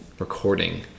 Recording